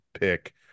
pick